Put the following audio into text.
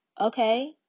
okay